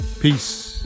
Peace